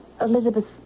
Elizabeth